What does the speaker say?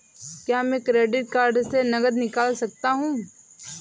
क्या मैं credit card से नकद निकाल सकता हूँ?